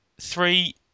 three